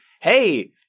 hey